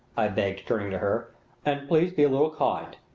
i begged, turning to her and please be a little kind.